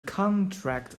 contract